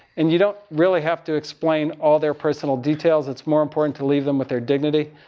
and you don't really have to explain all their personal details. it's more important to leave them with their dignity.